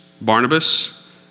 Barnabas